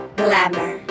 glamour